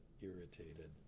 irritated